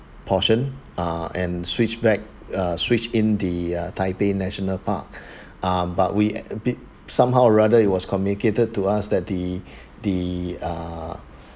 portion ah and switch back uh switch in the uh taipei national park ah but we are a bit somehow rather it was communicated to us that the the uh